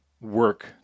work